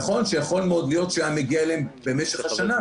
נכון שיכול מאוד להיות שהיה מגיע אליהן במשך השנה,